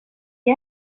και